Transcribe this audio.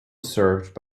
served